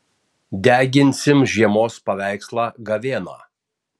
deginsim žiemos paveikslą gavėną